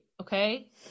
okay